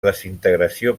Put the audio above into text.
desintegració